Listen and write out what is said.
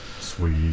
Sweet